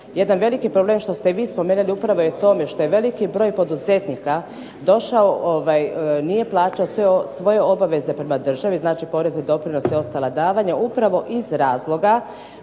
jedan veliki problem koji ste vi spomenuli upravo je tome što je veliki broj poduzetnika, nije plaćao svoje sve obaveze prema držati, porezni doprinos i ostala davanja upravo iz razloga